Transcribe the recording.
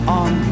on